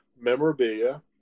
memorabilia